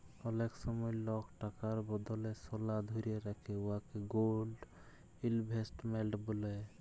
অলেক সময় লক টাকার বদলে সলা ধ্যইরে রাখে উয়াকে গোল্ড ইলভেস্টমেল্ট ব্যলে